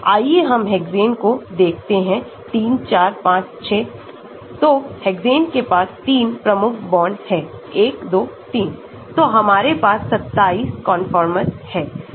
आइए हम हेक्सेन को देखते हैं 3456 तो हेक्सेन के पास 3 प्रमुख बॉन्ड हैं 123 तो हमारे पास 27 कंफर्मर्स है